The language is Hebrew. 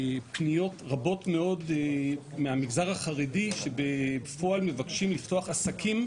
פניות רבות מאוד מהמגזר החרדי שבפועל מבקשים לפתוח עסקים,